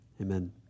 Amen